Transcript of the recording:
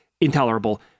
intolerable